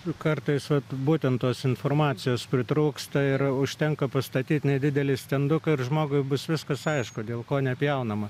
juk kartais vat būtent tos informacijos pritrūksta ir užtenka pastatyt nedidelį stenduką ir žmogui bus viskas aišku dėl ko nepjaunama